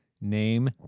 Name